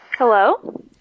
hello